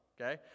okay